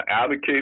advocate